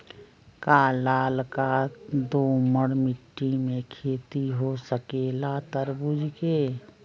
का लालका दोमर मिट्टी में खेती हो सकेला तरबूज के?